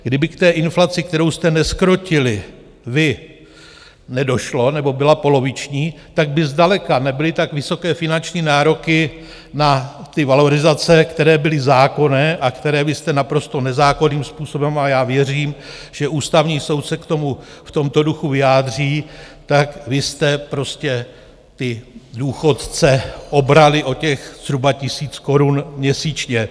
Kdyby k té inflaci, kterou jste nezkrotili vy, nedošlo nebo byla poloviční, tak by zdaleka nebyly tak vysoké finanční nároky na ty valorizace, které byly zákonné a které vy jste naprosto nezákonným způsobem a já věřím, že Ústavní soud se k tomu v tomto duchu vyjádří tak vy jste prostě ty důchodce obrali o těch zhruba 1 000 korun měsíčně.